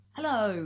Hello